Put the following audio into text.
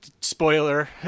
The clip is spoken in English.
spoiler